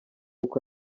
uko